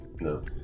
No